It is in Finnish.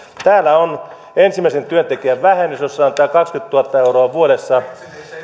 täällä on ensimmäisen työntekijän vähennys jossa on tämä kaksikymmentätuhatta euroa vuodessa